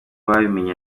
babimenye